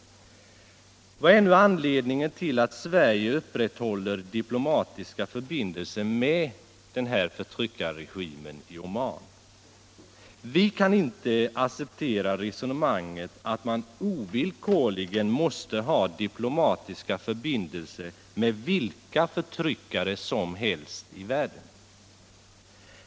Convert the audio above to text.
Vad är nu anledningen till att Sverige upprätthåller diplomatiska förbindelser med förtryckarregimen i Oman? Vi kan inte acceptera resonemanget att man ovillkorligen måste ha diplomatiska förbindelser med vilka förtryckare som helst i världen.